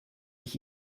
ich